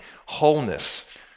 wholeness